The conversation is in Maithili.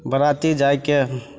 बराती जाके हुँ